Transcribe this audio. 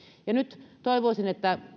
nyt toivoisin että